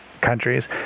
countries